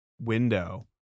window